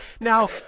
Now